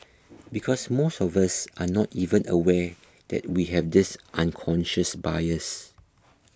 because most of us are not even aware that we have this unconscious bias